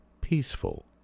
peaceful